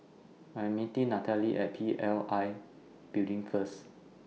I'm meeting Nathaly At P L I Building First